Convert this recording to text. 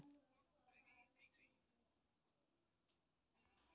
पूंजी कइसे भेज सकत हन?